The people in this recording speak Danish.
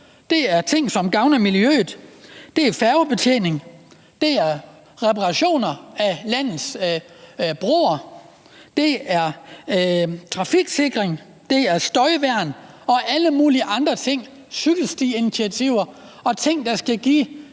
det er ting, der gavner miljøet; det er færgebetjening, det er reparationer af landets broer; det er trafiksikring; det er støjværn og alle mulige andre ting som cykelstiinitiativer og ting, der skal give